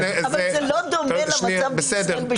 לא דומה למצב בישראל.